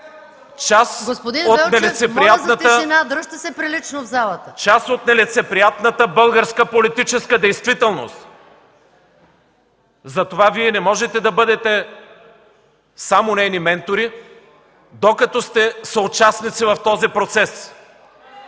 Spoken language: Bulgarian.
Част от нелицеприятната българска политическа действителност! Затова Вие не можете да бъдете само нейни ментори, докато сте съучастници в този процес.